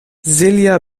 silja